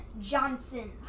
Johnson